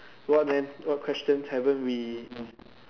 what man what questions haven't we